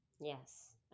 Yes